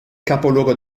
capoluogo